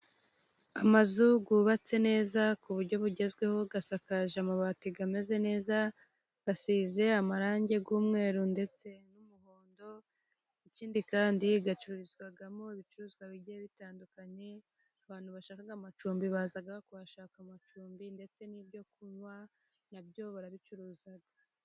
Amazu yubatse neza ku buryo bugezweho, asakaje amabati ameze neza, asize amarangi y'umweru ndetse n'umuhondo, ikindi kandi acururizwamo ibicuruzwa bigiye bitandukanye Kandi abantu bashaka amacumbi, baza kuhashaka amacumbi ndetse n'ibyo kunywa, nabyo barabicuruza.